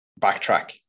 backtrack